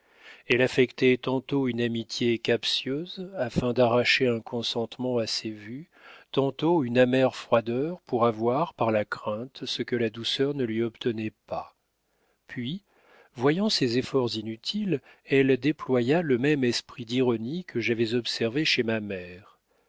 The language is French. elle affectait tantôt une amitié captieuse afin d'arracher un consentement à ses vues tantôt une amère froideur pour avoir par la crainte ce que la douceur ne lui obtenait pas puis voyant ses efforts inutiles elle déploya le même esprit d'ironie que j'avais observé chez ma mère